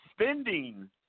spending